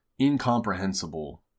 incomprehensible